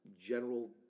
general